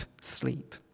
sleep